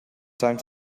time